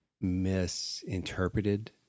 misinterpreted